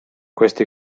questi